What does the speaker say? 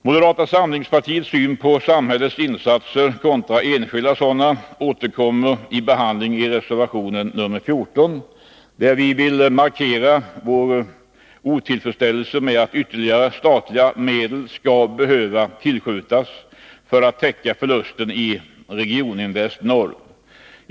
Moderata samlingspartiets syn på samhällets insatser kontra enskilda sådana återkommer i reservation nr 14, där vi vill markera vår otillfredsställelse med att ytterligare statliga medel nu skall behöva tillskjutas för att täcka förlusten i Regioninvest i Norr AB.